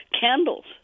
candles